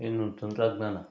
ಏನು ತಂತ್ರಜ್ಞಾನ